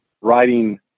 writing